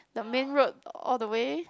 the main road all the way